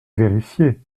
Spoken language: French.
vérifier